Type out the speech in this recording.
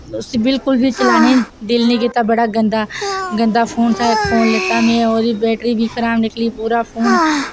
उसी बिलकुल बी चलाने दिल नि कीत्ता बड़ा गंदा गंदा फोन था इक फोन लैता में ओह्दी बैटरी बी खराब निकली पूरा फोन